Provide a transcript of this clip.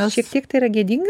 gal šiek tiek tai yra gėdinga